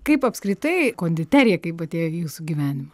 kaip apskritai konditerija kaip atėjo į jūsų gyvenimą